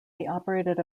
operated